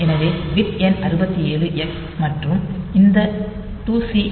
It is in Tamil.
எனவே பிட் எண் 67 x மற்றும் இந்த 2Cx